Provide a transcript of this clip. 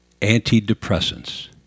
antidepressants